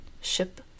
ship